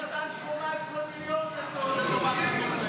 הוא נתן 18 מיליון לטובת הנושא.